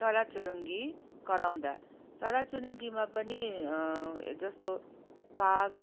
चराचुरुङ्गी कराउँदा चुराचुरुङ्गीमा पनि जस्तो काग